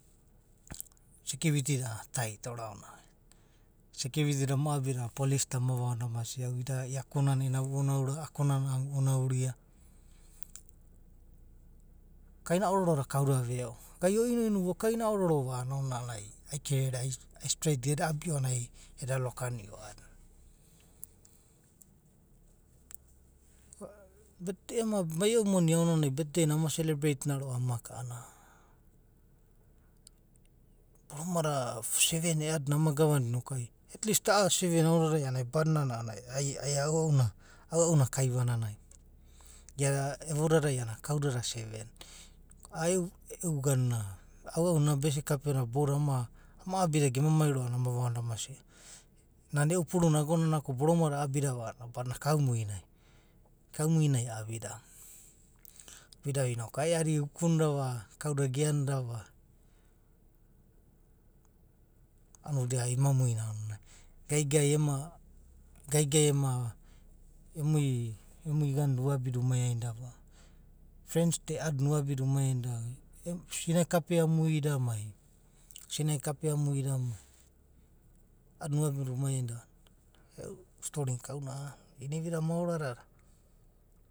Sikiriti da a’anana tait. oragaona va, sikiriti da ama abida a’anana polise da ama vaonida ia kona i’inana vu onaura, da kona a’anana vu onara. Kaina ororo da kauda veo. Gn ema kaina ororo. onina a’anana ai kerere, ai streit eda abio a’anana ai eda lokanio o a’adina. Emai mari e’u moni betdei na ama selebreitin voa amaka a’anana, boroma da seven e a’aedina ama gava nida noku ai at least a’a seven aonanai a’anana badinana ai ana’u na kaiva nada. Iada evo dadai a’anana kaudada seven. A’ae’u ganuna, aua’una ena bese kapeana da boudadai ama abida amai roa a’amana ama vaonida. nana e’u puruna agonana ko boroma a’abida, gaigai ema, emui ganu da uabi umai aiva, frends da e a’ae edi, uabi da umai anida va e, sinae kapea mui ca. unintelligent